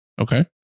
okay